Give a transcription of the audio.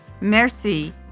Merci